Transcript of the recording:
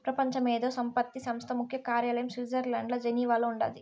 పెపంచ మేధో సంపత్తి సంస్థ ముఖ్య కార్యాలయం స్విట్జర్లండ్ల జెనీవాల ఉండాది